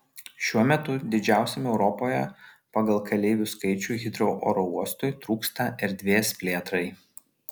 šiuo metu didžiausiam europoje pagal keleivių skaičių hitrou oro uostui trūksta erdvės plėtrai